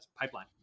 pipeline